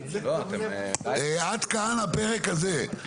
עד כאן הפרק הזה.